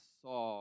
saw